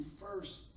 first